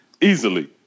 Easily